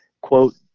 quote